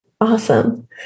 Awesome